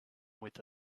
with